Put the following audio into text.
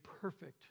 perfect